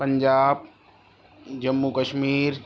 Punjab Jammu Kashmir